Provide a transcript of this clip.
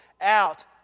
out